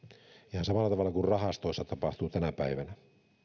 ihan samalla tavalla kuin rahastoissa tapahtuu tänä päivänä